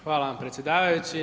Hvala vam predsjedavajući.